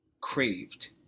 craved